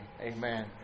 Amen